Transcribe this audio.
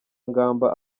ngamba